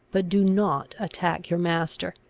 but do not attack your master.